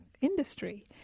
industry